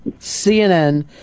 CNN